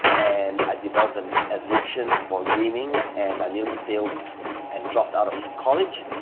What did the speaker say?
and i developed an addiction for gaming and i nearly failed and dropped out of college,